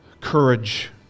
courage